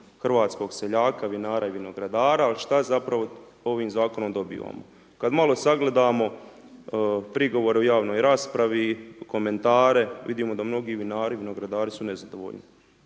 hrvatskog seljaka, vinara i vinogradara a šta zapravo ovim zakonom dobivamo? Kad malo sagledamo prigovore u javnoj raspravi i komentare, vidimo da mnogi vinari i vinogradari su nezadovoljni.